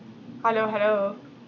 hello hello